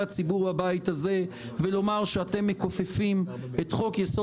הסוגיה הזו שאתם מכשירים היום תעלה בחיי אדם.